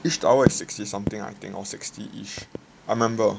each tower is sixty something I think or sixty each I remember